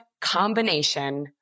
combination